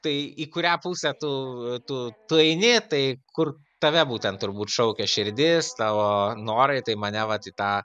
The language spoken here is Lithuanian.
tai į kurią pusę tu tu tu eini tai kur tave būtent turbūt šaukia širdis tavo norai tai mane vat į tą